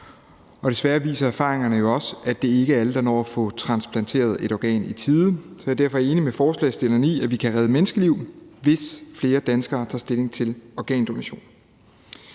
Desværre viser erfaringerne også, at det ikke er alle, der når at få transplanteret et organ i tide. Jeg er derfor enig med forslagsstillerne i, at vi kan redde menneskeliv, hvis flere danskere tager stilling til organdonation.